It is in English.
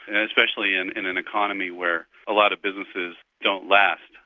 and especially in in an economy where a lot of businesses don't last.